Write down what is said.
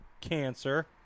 Cancer